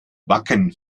wacken